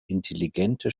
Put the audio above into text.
intelligente